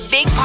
Big